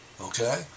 okay